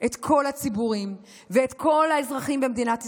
את כל הציבור ואת כל האזרחים במדינת ישראל.